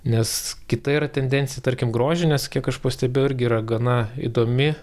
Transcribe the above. nes kita yra tendencija tarkim grožinės kiek aš pastebėjau irgi yra gana įdomi